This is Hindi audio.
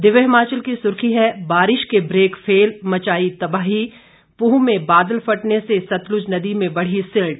दिव्य हिमाचल की सुर्खी है बारिश के ब्रेक फेल मचाई तबाही पूह में बादल फटने से सतलुज नदी में बढ़ी सिल्ट